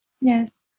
yes